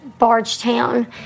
Bargetown